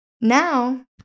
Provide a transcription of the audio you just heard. Now